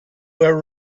were